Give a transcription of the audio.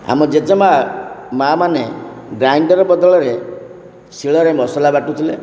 ଆମ ଜେଜେମାଁ ମାଁ ମାନେ ଗ୍ରାଇଣ୍ଡର୍ ବଦଳରେ ଶିଳରେ ମସଲା ବାଟୁଥିଲେ